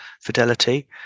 Fidelity